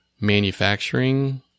manufacturing